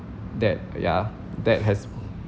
that yeah that has